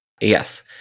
yes